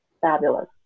Fabulous